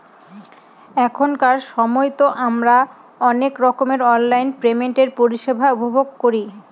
এখনকার সময়তো আমারা অনেক রকমের অনলাইন পেমেন্টের পরিষেবা উপভোগ করি